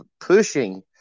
pushing